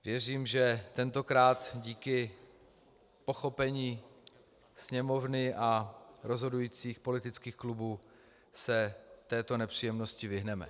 Věřím, že tentokrát díky pochopení Sněmovny a rozhodujících politických klubů se této nepříjemnosti vyhneme.